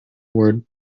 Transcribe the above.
word